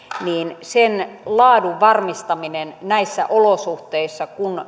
laadun varmistaminen on erittäin tärkeää näissä olosuhteissa kun